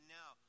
now